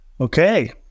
okay